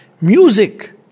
Music